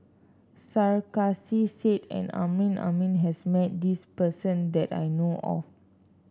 Sarkasi Said and Amrin Amin has met this person that I know of